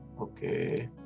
Okay